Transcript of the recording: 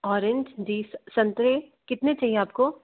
orange जी संतरे कितने चाहिए आपको